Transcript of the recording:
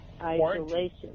isolation